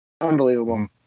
Unbelievable